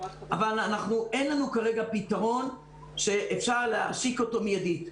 אבל אין לנו כרגע פתרון שאפשר להשיק אותו מיידית.